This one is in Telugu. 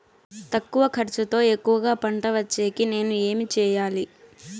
తక్కువ ఖర్చుతో ఎక్కువగా పంట వచ్చేకి నేను ఏమి చేయాలి?